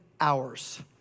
hours